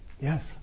Yes